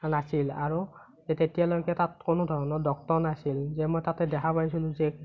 নাছিল আৰু সেই তেতিয়ালৈকে তাত কোনো ধৰণৰ ডক্টৰ নাছিল যে মই তাতে দেখা পাইছিলোঁ যে